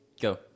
go